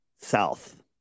south